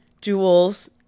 jewels